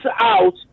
out